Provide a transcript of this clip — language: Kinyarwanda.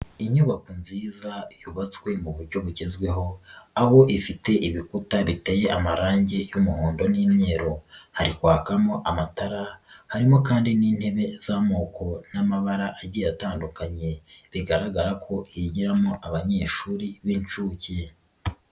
Inyubako nziza yubatswe mu buryo bugezweho, aho ifite ibikuta biteye amarangi y'umuhondo n'imyeru hari kwakamo amatara, harimo kandi n'intebe z'amoko n'amabara agiye atandukanye bigaragara ko higiramo abanyeshuri b'inshuke.